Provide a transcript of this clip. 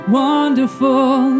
wonderful